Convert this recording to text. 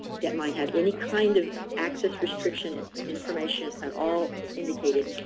that might have any kind of access restriction and information at all indicated,